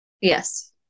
Yes